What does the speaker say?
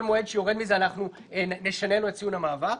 מועד שיורד מזה נשנה לו את ציון המעבר.